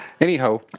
Anyhow